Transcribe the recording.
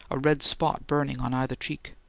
a red spot burning on either cheek.